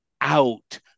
out